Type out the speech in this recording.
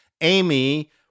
Amy